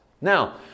Now